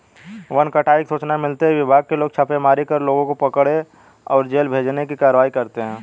one कटाई की सूचना मिलते ही विभाग के लोग छापेमारी कर लोगों को पकड़े और जेल भेजने की कारवाई करते है